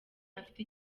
afite